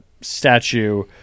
statue